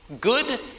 good